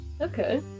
Okay